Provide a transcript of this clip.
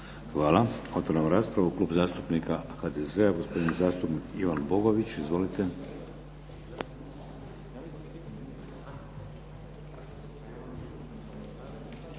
Hvala. Otvaram raspravu. Klub zastupnika HDZ-a, gospodin zastupnik Ivan Bogović. Izvolite.